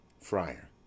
FRIAR